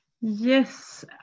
Yes